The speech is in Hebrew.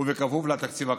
ובכפוף לתקציב הקיים.